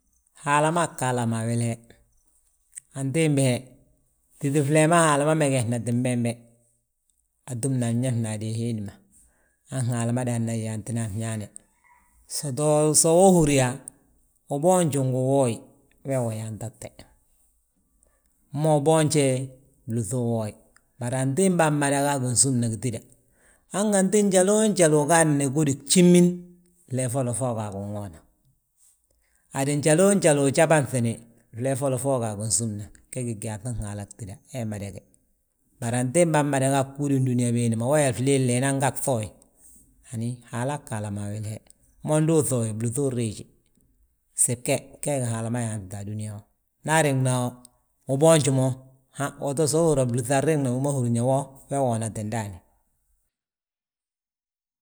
Haala maa ggí alama a wili he, antimbi he titi flee ma Haala megesnatin bembe, atúmna a mñefna adée hiindi ma. Han Haala ma dana yaantina a fñaane, soto so uhúri yaa, uboonje ngu uwooye, wee uyaantate. Mo uboonje, blúŧi uwooye, bari antimba mada gaa a ginsúmna gitida, hanganti njaloo njali agaadni gudi gjimin, flee folla fo uga a ginwoona. Handu njaloo njali ujabantini flee folo fo uga ginsúmna ge gí gyaaŧin Haala gtída ha mada ge; Bari antimbaa mmada ga bagúudi, dúniyaa wiindi ma wo yaa, flee flee inan ga agŧooye gfooye, hani Haala ga alami uwili he. Mo ndu uŧooye blúŧi unriiji, gsib ge gee gi Haala ma yaantite a dúniyaa ma. Nda ariŋna u boonji mo, han so uhúri yaa blúŧi anriŋna wi ma húrin yaa wo we woonate ndaani.